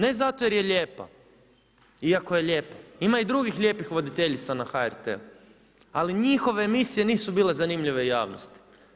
Ne zato jer je lijepa, iako je lijepa, ima i drugih lijepih voditeljica na HRT-u, ali njihove emisije nisu bile zanimljive javnosti.